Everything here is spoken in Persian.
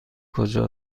کجا